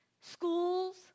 schools